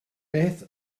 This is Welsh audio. beth